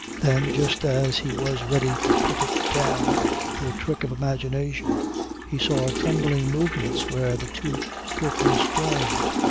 then just as he was ready to put it down to a trick of imagination he saw trembling movements where the two curtains joined.